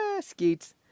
Skeets